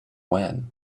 when